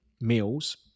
meals